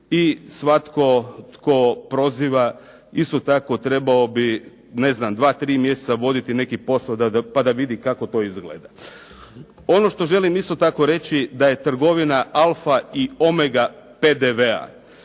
I svatko tko proziva isto tako trebao bi ne znam dva, tri mjeseca voditi neki posao pa da vidi kako to izgleda. Ono što želim isto tako reći da je trgovina alfa i omega PDV-a.